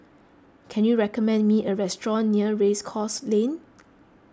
can you recommend me a restaurant near Race Course Lane